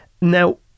Now